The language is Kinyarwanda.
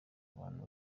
abantu